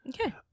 Okay